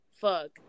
Fuck